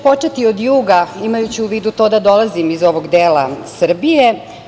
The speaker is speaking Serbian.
Počeću od juga, imajući u vidu to da dolazim iz ovog dela Srbije.